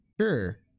Sure